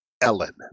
Ellen